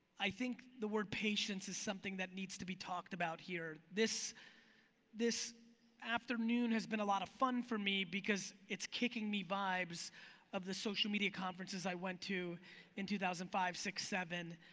i think the word patience is something that needs to be talked about here. this this afternoon has been a lot of fun for me because it's kicking me vibes of the social media conferences i went to in two thousand and five, six, seven.